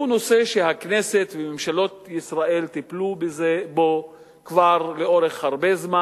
זה נושא שהכנסת וממשלות ישראל טיפלו בו לאורך הרבה זמן.